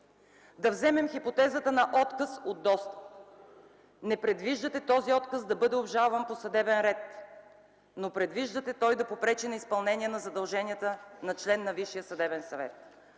Да вземем хипотезата на отказ от достъп. Не предвиждате този отказ да бъде обжалван по съдебен ред, но предвиждате той да попречи на изпълнение на задълженията на член на Висшия съдебен съвет,